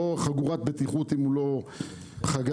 לא חגורת בטיחות שהוא לא חגר.